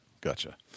gotcha